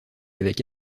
avec